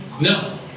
No